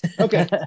Okay